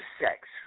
sex